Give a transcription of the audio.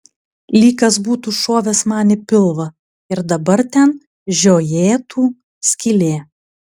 lyg kas būtų šovęs man į pilvą ir dabar ten žiojėtų skylė